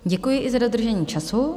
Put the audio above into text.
Děkuji i za dodržení času.